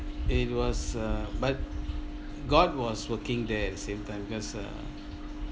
it was uh but god was working there at the same time because uh